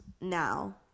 now